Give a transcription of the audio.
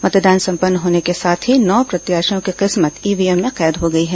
मतदान संपन्न होने के साथ ही नौ प्रत्याशियों की किस्मत ईवीएम में कैद हो गई है